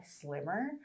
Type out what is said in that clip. slimmer